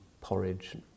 porridge